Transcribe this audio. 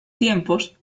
tiempos